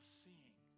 seeing